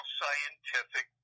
scientific